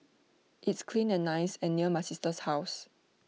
it's clean and nice and near my sister's house